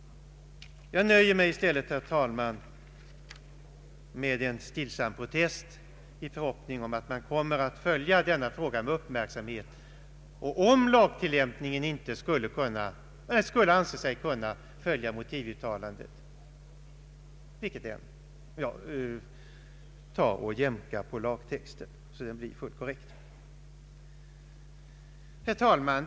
Jag nöjer mig i stället, herr talman, med en stillsam protest i förhoppning om att denna fråga kommer att följas med uppmärksamhet. Om lagtillämpningen inte skulle anse sig kunna följa motivuttalandet bör man jämka på lagtexten så att den blir fullt korrekt. Herr talman!